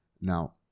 Now